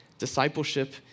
Discipleship